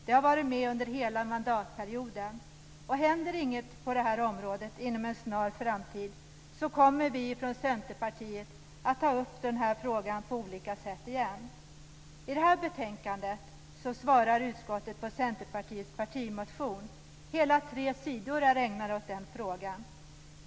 Den har varit med under hela mandatperioden. Händer det inget på detta område inom en snar framtid kommer vi från Centerpartiet på olika sätt att ta upp den här frågan igen. I detta betänkande svarar utskottet på Centerpartiets partimotion. Hela tre sidor är ägnade åt den frågan.